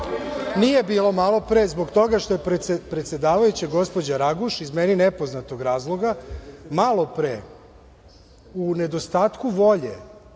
bilo malopre, zbog toga što je predsedavajuća, gospođa Raguš, iz meni nepoznatog razloga malopre u nedostatku volje,